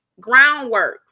Groundworks